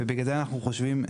ובגלל זה אנחנו חושבים,